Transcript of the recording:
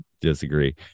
disagree